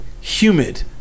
Humid